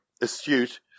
astute